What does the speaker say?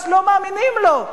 אז לא מאמינים לו.